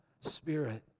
Spirit